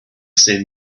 say